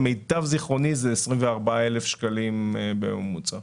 למיטב זיכרוני זה 24 אלף שקלים בממוצע.